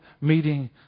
meeting